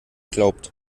glaubt